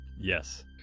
Yes